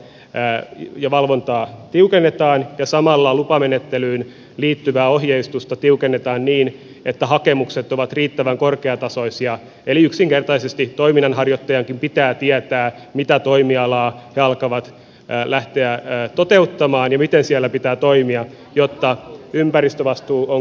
näiden poikkeusmenettelyjen käyttöä ja valvontaa tiukennetaan ja samalla lupamenettelyyn liittyvää ohjeistusta tiukennetaan niin että hakemukset ovat riittävän korkeatasoisia eli yksinkertaisesti toiminnanharjoittajankin pitää tietää mitä toimialaa hän lähtee toteuttamaan ja miten siellä pitää toimia jotta ympäristövastuu on kunnossa